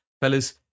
fellas